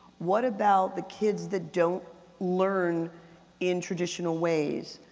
what about the kids that don't learn in traditional ways?